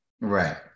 Right